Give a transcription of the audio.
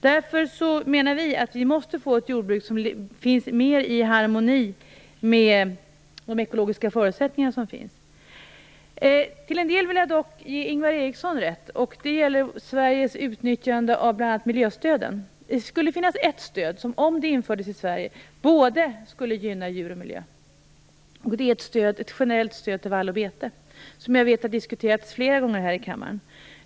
Därför måste vi få ett jordbruk som mer är i harmoni med de ekologiska förutsättningarna. Till en del vill jag dock ge Ingvar Eriksson rätt, och det gäller Sveriges utnyttjande av bl.a. miljöstöden. Finns det ett stöd som, om det infördes i Sverige, skulle gynna både djur och miljö är det ett generellt stöd till vall och bete. Det har diskuterats flera gånger här i kammaren.